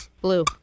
Blue